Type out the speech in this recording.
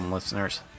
Listeners